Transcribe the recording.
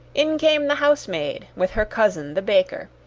in came the housemaid, with her cousin, the baker.